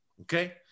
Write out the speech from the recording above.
Okay